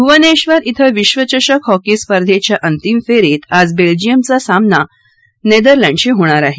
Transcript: भूवनेश्वर ध्वं विश्वचषक हॉकी स्पर्धेतच्या अंतिम फेरीत आज बेल्जियमचा सामाना नेदरलँडशी होणार आहे